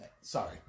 Sorry